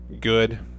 good